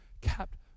capped